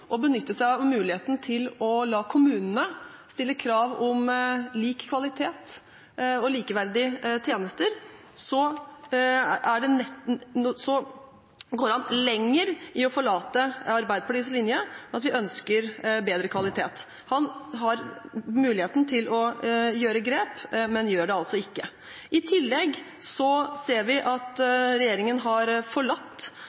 å benytte seg av muligheten til å la kommunene stille krav om lik kvalitet og likeverdige tjenester, så går han lenger i å forlate Arbeiderpartiets linje om at vi ønsker bedre kvalitet. Han har muligheten til å ta grep, men gjør det altså ikke. I tillegg ser vi at regjeringen har forlatt